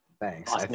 Thanks